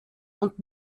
und